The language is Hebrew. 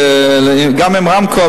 גם עם רמקול,